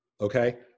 okay